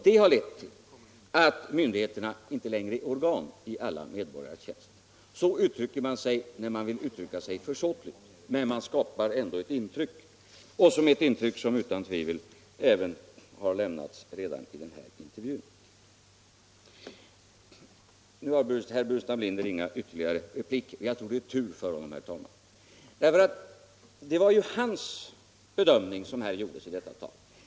Detta har lett till att myndigheterna inte längre är organ i alla medborgares tjänst. Så uttrycker man sig när man vill uttrycka sig försåtligt, men man skapar ändå ett intryck, och ett intryck som utan tvivel lämnats i denna intervju. Nu har herr Burenstam Linder inga ytterligare repliker, och jag tror att det är tur för honom, herr talman. Det var ju sin egen bedömning han gjorde i detta tal.